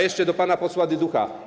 Jeszcze do pana posła Dyducha.